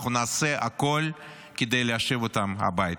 אנחנו נעשה הכול כדי להשיב אותם הביתה.